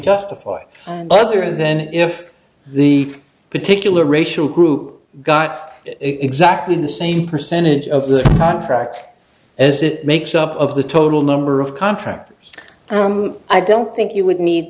justified other than if the particular racial group got exactly the same percentage of the contract as it makes up of the total number of contractors and i don't think you would need